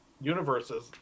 universes